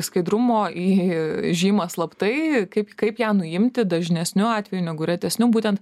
skaidrumo į žymą slaptai kaip kaip ją nuimti dažnesniu atveju negu retesniu būtent